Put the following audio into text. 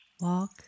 walk